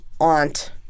aunt